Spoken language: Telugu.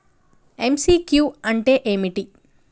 ఎమ్.సి.క్యూ అంటే ఏమిటి?